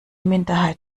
minderheit